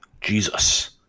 Jesus